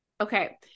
Okay